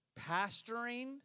pastoring